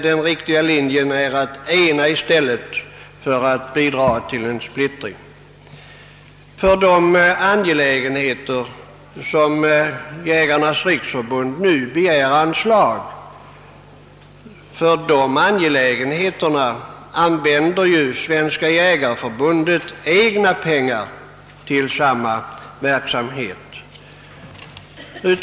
Den riktiga linjen är att ena i stället för att bidra till en splittring, Svenska jägareförbundet använder ju egna pengar för samma verksamhet som Jägarnas riksförbund nu begär anslag till.